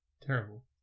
Terrible